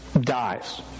dies